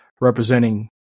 representing